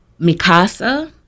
Mikasa